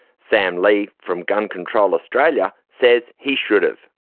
sam lee from gun control australia says he should have.